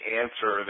answer